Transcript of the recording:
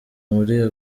muri